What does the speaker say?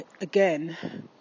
again